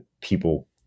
people